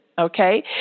okay